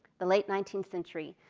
the late nineteenth century.